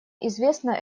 известно